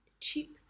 cheap